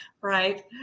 right